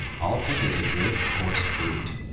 alten is a great coarse brute.